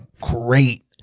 great